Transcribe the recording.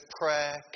prayer